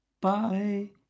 Bye